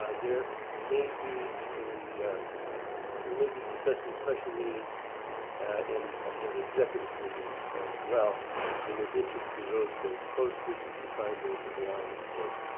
ah there may be a we may be discussing special meetings and and executive meetings as well in addition to those dates posted. you can find those online, of course.